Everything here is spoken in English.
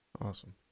Awesome